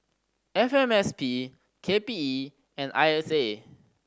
F M S P K P E and I S A